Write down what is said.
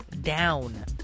down